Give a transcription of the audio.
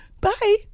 Bye